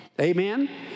Amen